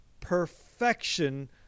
perfection